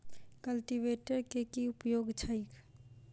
Cultivator केँ की उपयोग छैक?